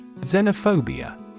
Xenophobia